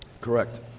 Correct